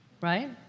right